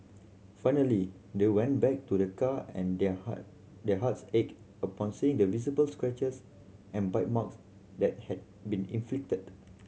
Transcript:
finally they went back to their car and their heart their hearts ached upon seeing the visible scratches and bite marks that had been inflicted